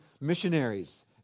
missionaries